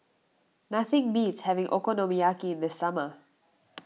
nothing beats having Okonomiyaki in the summer